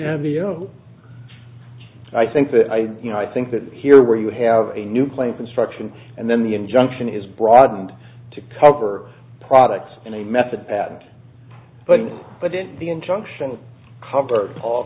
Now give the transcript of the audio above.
the oh i think that i you know i think that here where you have a new claim construction and then the injunction is broadened to cover products and a method at but but in the injunction to cover all